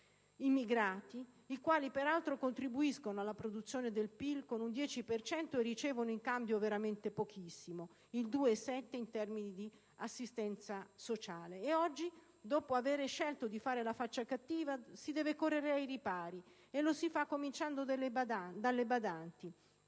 immigrati, i quali peraltro contribuiscono alla produzione del PIL con un 10 per cento e ricevono in cambio veramente pochissimo, il 2,7 in termini di assistenza sociale. Oggi, dopo aver scelto di fare la faccia cattiva, si deve correre ai ripari e lo si fa cominciando dalle badanti.